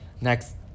Next